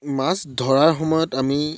মাছ ধৰাৰ সময়ত আমি